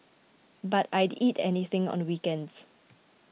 but I'd eat anything on weekends